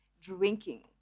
drinking